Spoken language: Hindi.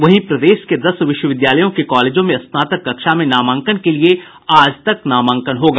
वहीं प्रदेश के दस विश्वविद्यालयों के कॉलेजों में स्नातक कक्षा में नामांकन के लिए आज तक नामांकन होगा